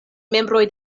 membroj